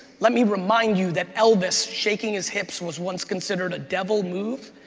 let me remind you that elvis shaking his hips was once considered a devil move.